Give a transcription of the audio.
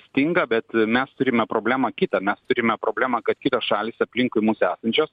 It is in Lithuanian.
stinga bet mes turime problemą kitą mes turime problemą kad kitos šalys aplinkui mus esančios